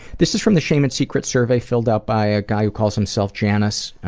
this is from the shame and secrets survey, filled out by a guy who calls himself janice.